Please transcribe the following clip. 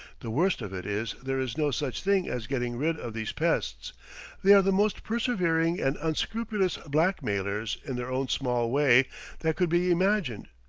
the worst of it is there is no such thing as getting rid of these pests they are the most persevering and unscrupulous blackmailers in their own small way that could be imagined.